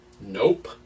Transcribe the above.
Nope